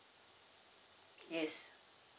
yes